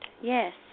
yes